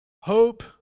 hope